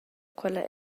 quella